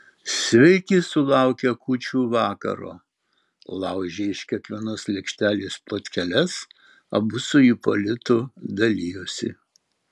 sveiki sulaukę kūčių vakaro laužė iš kiekvienos lėkštelės plotkeles abu su ipolitu dalijosi